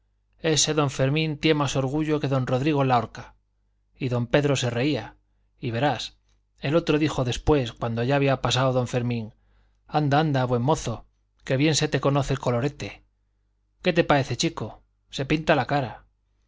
ese don fermín tié más orgullo que don rodrigo en la horca y don pedro se reía y verás el otro dijo después cuando ya había pasao don fermín anda anda buen mozo que bien se te conoce el colorete qué te paece chico se pinta la cara